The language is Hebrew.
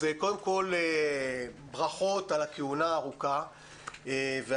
קודם כל ברכות על הכהונה הארוכה והמוצלחת.